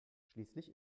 schließlich